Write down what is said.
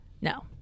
No